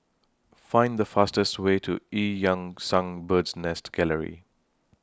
Find The fastest Way to EU Yan Sang Bird's Nest Gallery